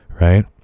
right